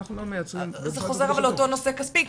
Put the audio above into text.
אנחנו לא מייצרים --- אבל זה חוזר לאותו נושא כספי,